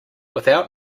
without